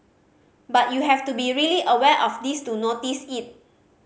but you have to be really aware of this to notice it